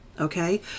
Okay